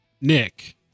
Nick